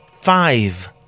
Five